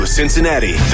Cincinnati